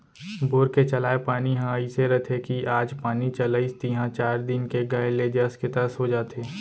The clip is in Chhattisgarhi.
बोर के चलाय पानी ह अइसे रथे कि आज पानी चलाइस तिहॉं चार दिन के गए ले जस के तस हो जाथे